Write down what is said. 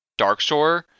Darkshore